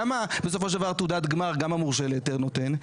למה בסופו של דבר תעודת הגמר גם המורשה להיתר נותן?